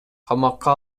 камакка